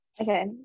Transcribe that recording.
Okay